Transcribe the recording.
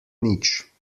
nič